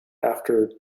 after